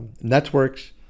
networks